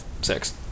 six